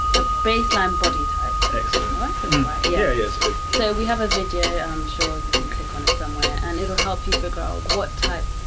a baseline body type like so yeah so we have a video. i'm sure you can click on it somewhere and it'll help you figure out what type